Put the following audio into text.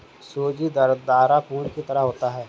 सूजी दरदरा चूर्ण की तरह होता है